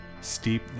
steep